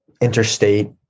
interstate